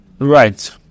Right